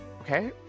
Okay